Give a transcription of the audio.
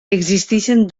existeixen